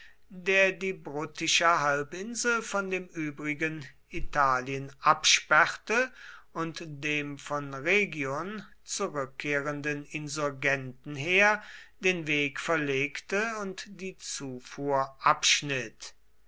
der die bruttische halbinsel von dem übrigen italien absperrte und dem von rhegion zurückkehrenden insurgentenheer den weg verlegte und die zufuhr abschnitt